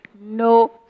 No